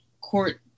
court